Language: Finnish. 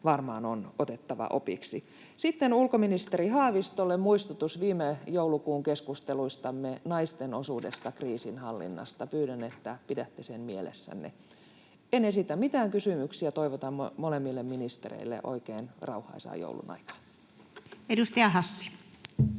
varmaan on otettava opiksi. Sitten ulkoministeri Haavistolle muistutus viime joulukuun keskusteluistamme naisten osuudesta kriisinhallinnassa. Pyydän, että pidätte sen mielessänne. En esitä mitään kysymyksiä. Toivotan molemmille ministereille oikein rauhaisaa joulunaikaa. Edustaja Hassi.